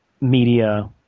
media